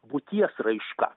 būties raiška